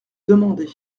demander